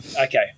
Okay